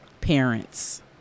parents